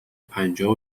پنجاه